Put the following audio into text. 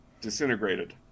disintegrated